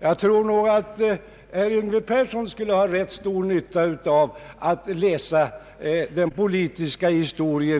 Jag tror att herr Persson skulle ha rätt stor nytta av att läsa något om vårt lands politiska historia.